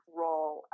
role